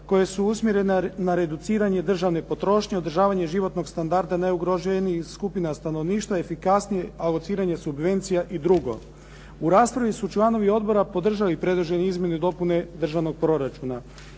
koje su usmjerene na reduciranje državne potrošnje, održavanje životnog standarda najugroženijih skupina stanovništva, efikasnije alociranje subvencija i drugo. U raspravi su članovi odbora podržali predložene izmjene i dopune državnog proračuna.